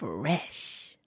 Fresh